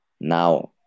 Now